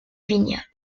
vignoble